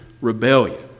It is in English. rebellion